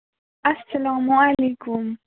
اَسلام علیکُم